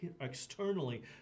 externally